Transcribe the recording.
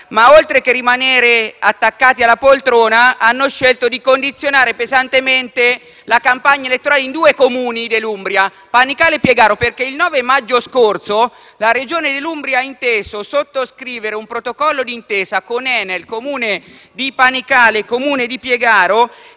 ma, oltre che rimanere attaccati alla poltrona, hanno scelto di condizionare pesantemente la campagna elettorale in due Comuni dell'Umbria: Panicale e Piegaro. Il 9 maggio scorso, infatti, la Regione Umbria ha inteso sottoscrivere un protocollo di intesa con Enel, Comune di Panicale e Comune di Piegaro,